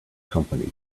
company